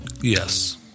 yes